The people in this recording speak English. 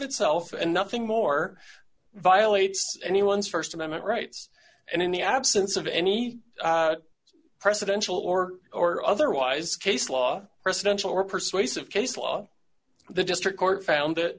itself and nothing more violates anyone's st amendment rights and in the absence of any presidential or or otherwise case law presidential or persuasive case law the district court found